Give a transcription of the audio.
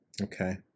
okay